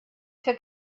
took